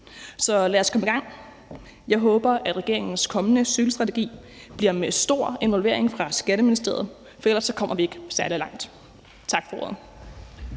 Så lad os komme i gang. Jeg håber, at regeringens kommende cykelstrategi bliver med stor involvering af Skatteministeriet, for ellers kommer vi ikke særlig langt. Tak for ordet.